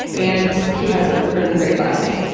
and he has a really great last name.